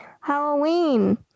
Halloween